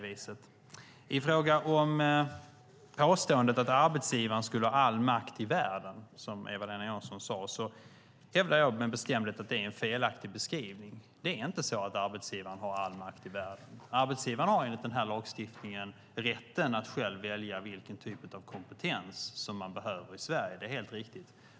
I fråga om påståendet att arbetsgivaren skulle ha all makt i världen, som Eva-Lena Jansson sade, hävdar jag med bestämdhet att det är en felaktig beskrivning. Det är inte så att arbetsgivaren har all makt i världen. Arbetsgivaren har enligt den här lagstiftningen rätten att själv välja vilken typ av kompetens man behöver i Sverige. Det är helt riktigt.